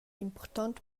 impurtont